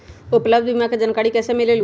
उपलब्ध बीमा के जानकारी कैसे मिलेलु?